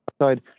outside